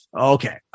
Okay